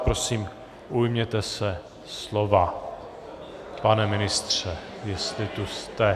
Prosím, ujměte se slova, pane ministře, jestli tu jste.